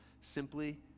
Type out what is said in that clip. simply